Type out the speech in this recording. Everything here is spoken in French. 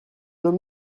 nos